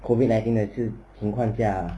COVID nineteen 的事情况下